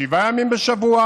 שבעה ימים בשבוע.